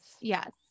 Yes